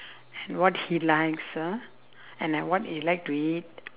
and what he likes ah and what he like to eat